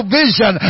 vision